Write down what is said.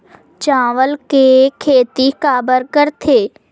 चावल के खेती काबर करथे?